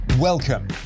Welcome